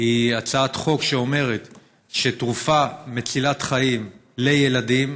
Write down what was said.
היא הצעת חוק שאומרת שתרופה מצילת חיים לילדים